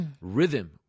Rhythm